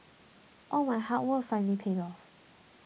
all my hard work finally paid off